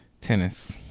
tennis